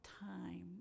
time